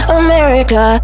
america